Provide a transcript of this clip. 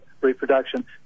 reproduction